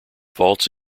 faults